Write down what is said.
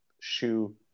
shoe